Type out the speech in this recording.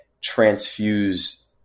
transfuse